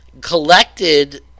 collected